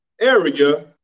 area